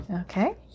okay